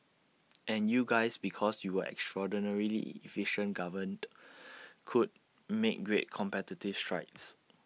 and you guys because you were extraordinarily efficient governed could make great competitive strides